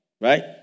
Right